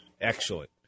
Excellent